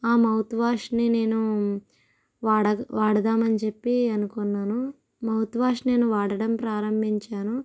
ఆ mouthwash ని నేను వాడ వాడుదామని చెప్పి అనుకున్నాను మౌత్ వాష్ నేను వాడడం ప్రారంభించాను